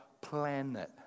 planet